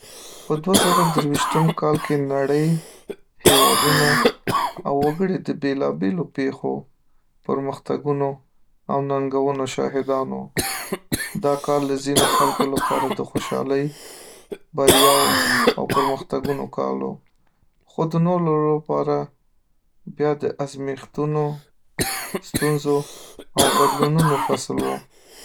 په دوه زره درویشتم کال کې نړۍ، هېوادونه او وګړي د بېلابېلو پېښو، پرمختګونو او ننګونو شاهدان وو. دا کال له ځینو خلکو لپاره د خوشالۍ، بریاوو او پرمختګونو کال و، خو د نورو لپاره بیا د ازمیښتونو، ستونزو او بدلونونو فصل و.